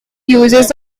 uses